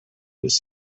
his